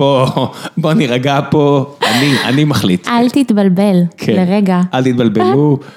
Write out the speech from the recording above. בוא נירגע פה, אני מחליט. אל תתבלבל לרגע, אל תתבלבלו.